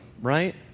right